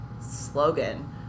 slogan